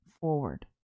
forward